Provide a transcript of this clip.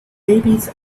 babies